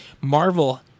Marvel